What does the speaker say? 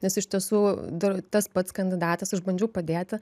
nes iš tiesų dar tas pats kandidatas aš bandžiau padėti